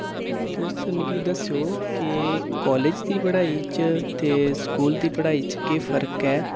तुस मिगी दस्सेओ की कॉलेज़ दी पढ़ाई च ते स्कूल दी पढ़ाई च केह् फर्क ऐ